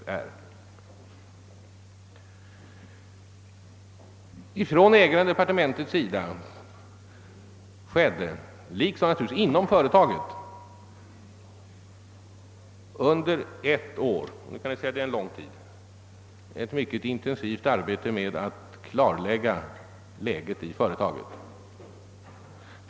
Ägaren-departementet arbetade, liksom även företagets ledning, under ett år — det kan ju sägas vara en rätt lång tid — mycket intensivt med att klarlägga situationen i företaget.